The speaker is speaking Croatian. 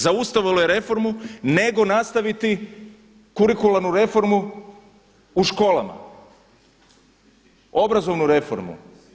Zaustavilo je reformu nego nastaviti kurikuralnu reformu u školama, obrazovnu reformu.